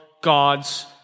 God's